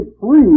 free